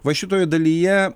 va šitoj dalyje